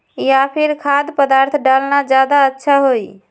या फिर खाद्य पदार्थ डालना ज्यादा अच्छा होई?